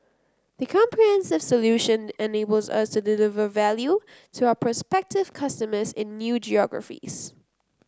the comprehensive solution enables us to deliver value to our prospective customers in new geographies